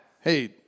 Hey